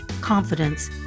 confidence